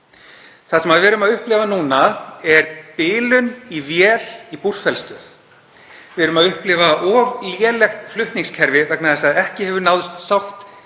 Það sem við erum að upplifa núna er bilun í vél í Búrfellsstöð. Við erum að upplifa of lélegt flutningskerfi vegna þess að ekki hefur náðst sátt innan